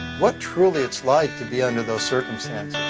what truly it's like to be under those circumstances?